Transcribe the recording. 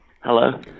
Hello